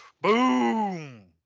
Boom